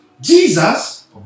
Jesus